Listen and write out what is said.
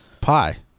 Pie